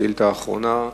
שאילתא אחרונה.